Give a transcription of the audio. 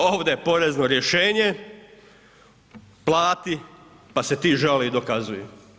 Ovdje je porezno rješenje, plati pa se ti žali i dokazuj.